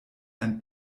ein